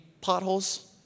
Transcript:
potholes